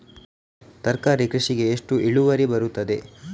ತರಕಾರಿ ಕೃಷಿಗೆ ಎಷ್ಟು ಇಳುವರಿ ಬರುತ್ತದೆ?